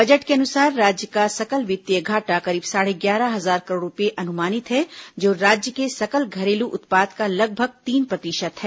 budget के अनुसार राज्य का सकल वित्तीय घाटा करीब साढ़े ग्यारह हजार करोड़ रूपये अनुमानित है जो राज्य के सकल घरेलू उत्पाद का लगभग तीन प्रतिषत है